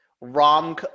rom